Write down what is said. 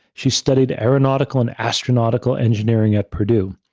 she studied aeronautical and astronautical engineering at purdue.